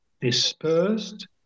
dispersed